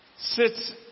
sits